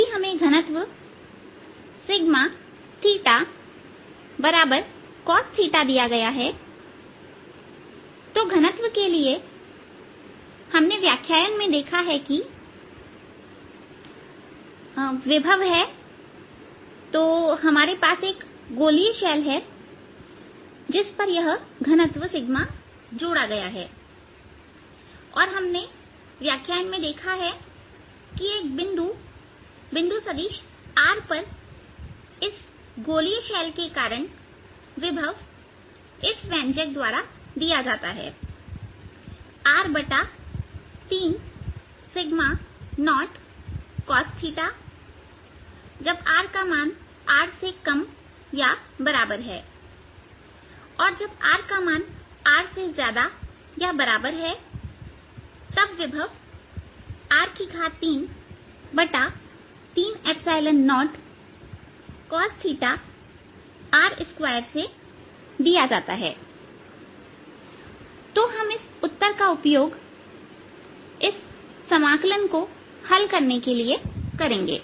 यदि हमें घनत्व σθcosθदिया गया है तो घनत्व के लिए हमने व्याख्यान में देखा है विभव है तो हमारे पास एक गोलीय शैल हैजिस पर यह घनत्व जोड़ा गया है और हमने व्याख्यान में देखा है कि एक बिंदु सदिश r पर इस गोलीय शैल के कारण विभव इस व्यंजक द्वारा दिया जाता हैr30cosθजबrR और जब rR तब विभव r330cosθr2 से दिया जाता है तो हम इस उत्तर का उपयोग इस समाकलन को हल करने के लिए करेंगे